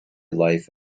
life